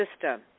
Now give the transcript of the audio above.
system